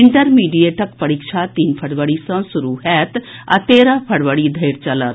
इंटरमीडिएटक परीक्षा तीन फरवरी सँ शुरू होयत आ तेरह फरवरी धरि चलत